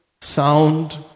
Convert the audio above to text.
sound